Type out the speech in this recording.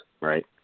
right